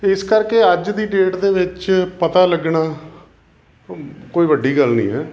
ਇਸ ਕਰਕੇ ਅੱਜ ਦੀ ਡੇਟ ਦੇ ਵਿੱਚ ਪਤਾ ਲੱਗਣਾ ਕੋਈ ਵੱਡੀ ਗੱਲ ਨਹੀਂ ਹੈ